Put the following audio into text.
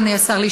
אדוני השר,